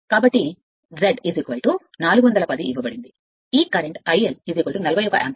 కాబట్టి Z ఇచ్చిన 410 ఈ కరెంట్ IL కి 41 యాంపియర్